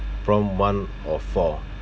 prompt one of four